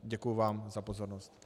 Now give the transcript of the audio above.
Děkuji vám za pozornost.